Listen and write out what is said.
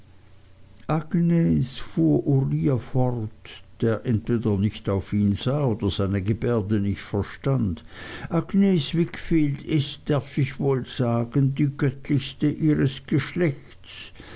fort der entweder nicht auf ihn sah oder seine gebärde nicht verstand agnes wickfield ist darf ich wohl sagen die göttlichste ihres geschlechts